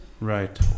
Right